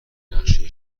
نقشه